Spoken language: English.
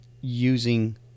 using